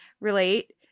relate